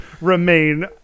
remain